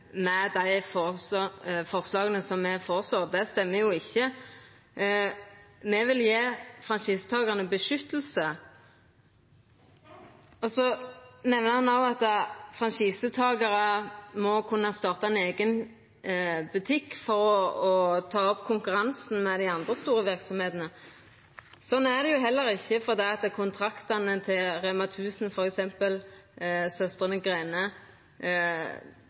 dei forslaga som me har. Det stemmer ikkje. Me vil gje franchisetakarane vern. Så nemnde han òg at franchisetakarar må kunna starta ein eigen butikk for å ta opp konkurransen med dei andre store verksemdene. Sånn er det heller ikkje, for kontraktane til f.eks. REMA 1000 og Søstrene Grene